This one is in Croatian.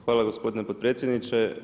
Hvala gospodine potpredsjedniče.